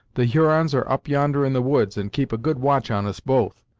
the hurons are up yonder in the woods, and keep a good watch on us both,